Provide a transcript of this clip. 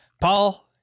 Paul